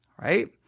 right